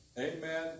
Amen